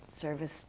Service